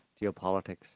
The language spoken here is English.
geopolitics